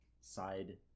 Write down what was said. side